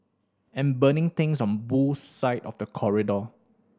and burning things on Boo's side of the corridor